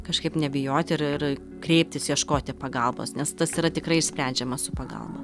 kažkaip nebijot ir ir kreiptis ieškoti pagalbos nes tas yra tikrai išsprendžiama su pagalba